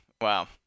wow